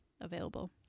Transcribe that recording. available